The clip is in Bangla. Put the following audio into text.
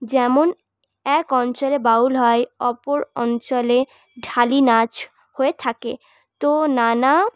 যেমন এক অঞ্চলে বাউল হয় অপর অঞ্চলে ঢালি নাচ হয়ে থাকে তো নানা